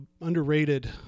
underrated